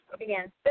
Again